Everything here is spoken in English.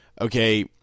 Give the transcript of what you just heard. okay